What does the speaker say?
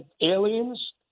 aliens